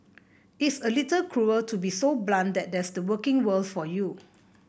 it's a little cruel to be so blunt but that's the working world for you